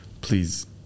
please